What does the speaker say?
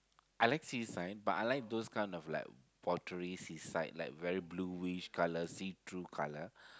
I like sea sight but I like those kind of like portray sea sight like very blueish colour see through colour